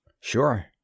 Sure